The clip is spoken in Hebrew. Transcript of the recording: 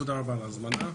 תודה רבה על ההזמנה.